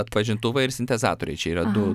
atpažintuvai ir sintezatoriai čia yra du